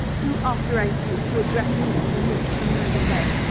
who authorized you to address me in this familiar way?